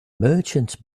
merchants